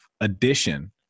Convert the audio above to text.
addition